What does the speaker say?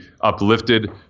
uplifted